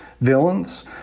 villains